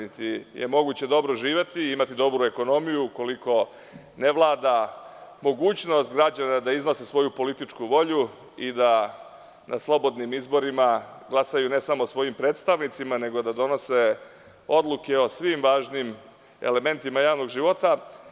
Niti je moguće dobro živeti i imati dobru ekonomiju ukoliko ne vlada mogućnost građana da iznose svoju političku volju i da na slobodnim izborim glasaju, ne samo svojim predstavnicima, nego da donose odluke o svim važnim elementima javnog života.